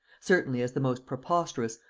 certainly as the most preposterous,